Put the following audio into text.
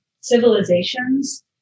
civilizations